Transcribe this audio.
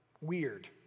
Weird